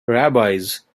rabbis